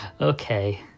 Okay